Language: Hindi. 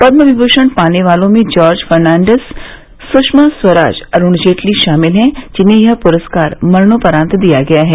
पदम विभूषण पाने वालों में जॉर्ज फर्नान्डीज सुषमा स्वराज अरूण जेटली शामिल हैं जिन्हें यह पुरस्कार मरणोपरान्त दिया गया है